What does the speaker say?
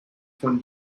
von